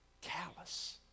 Callous